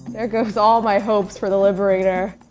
there goes all my hopes for the liberator.